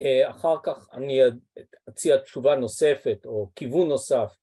‫אחר כך אני אציע תשובה נוספת ‫או כיוון נוסף.